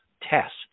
test